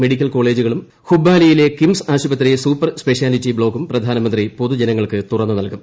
medical കോളേജുകളും ഹുബ്ബാലിയിലെ KIMS ആശുപത്രി സൂപ്പർ സ്പെഷ്യാലിറ്റി ബ്ലോക്കും പ്രധാനമന്ത്രി പൊതുജനങ്ങൾക്ക് തുറന്ന് നൽകും